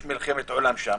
יש מלחמת עולם שם